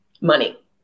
money